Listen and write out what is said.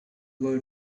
boy